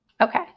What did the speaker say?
Okay